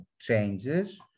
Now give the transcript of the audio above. changes